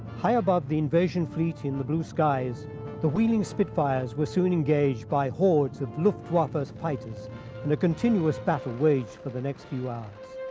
high above the invasion fleet in the blue skies the wheeling spitfires were soon engaged by hoards of luftwaffe's fighters and a continuous battle waged for the next few hours.